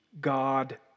God